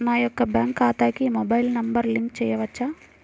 నా యొక్క బ్యాంక్ ఖాతాకి మొబైల్ నంబర్ లింక్ చేయవచ్చా?